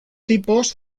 tipos